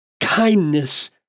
kindness